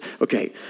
Okay